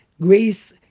Grace